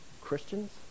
Christians